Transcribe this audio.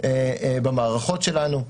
במערכות שלנו,